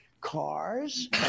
cars